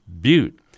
Butte